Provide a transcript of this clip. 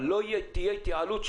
אבל לא תהיה התייעלות,